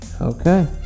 Okay